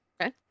Okay